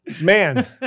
man